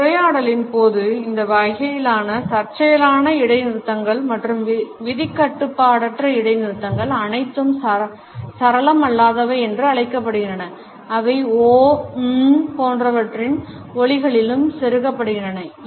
ஒரு உரையாடலின் போது இந்த வகையிலான தற்செயலான இடைநிறுத்தங்கள் மற்றும் விதிகட்டுபாடற்ற இடைநிறுத்தங்கள் அனைத்தும் சரளம் அல்லாதவை என்று அழைக்கப்படுகின்றன அவை ஓ uumm போன்றவற்றின் ஒலிகளிலும் செருகப்படுகின்றன